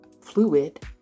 fluid